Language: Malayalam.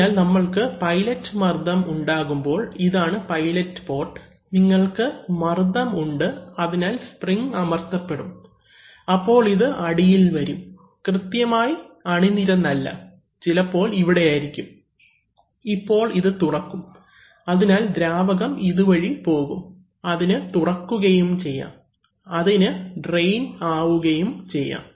അതിനാൽ നമ്മൾക്ക് പൈലറ്റ് മർദ്ദം ഉണ്ടാകുമ്പോൾ ഇതാണ് പൈലറ്റ് പോർട്ട് നമ്മൾക്ക് മർദ്ദം ഉണ്ട് അതിനാൽ സ്പ്രിങ് അമർത്തപ്പെടും അപ്പോൾ ഇത് അടിയിൽ വരും കൃത്യമായി അണിനിരന്നല്ല ചിലപ്പോൾ ഇവിടെ ആയിരിക്കും ഇപ്പോൾ ഇത് തുറക്കും അതിനാൽ ദ്രാവകം ഇതുവഴി പോകും അതിന് തുറക്കുകയും ചെയ്യാം അതിന് ട്രയിൻ ആവുകയും ചെയ്യാം